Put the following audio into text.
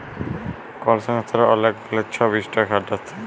call সংস্থার অলেক গুলা ছব ইস্টক হল্ডার থ্যাকে